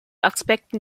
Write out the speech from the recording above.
aspekten